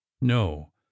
no